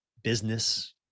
business